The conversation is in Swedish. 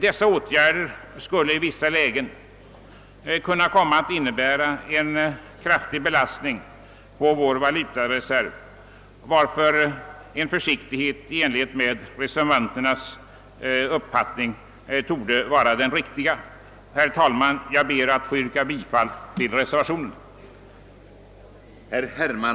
Detta skulle nämligen i vissa lägen komma att innebära en kraftig belastning på vår valutareserv, varför försiktighet i enlighet med reservanternas uppfattning borde vara riktig. Herr talman! Jag ber att få yrka bifall till reservationen.